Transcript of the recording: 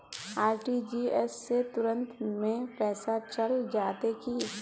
RTGS से तुरंत में पैसा चल जयते की?